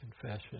confession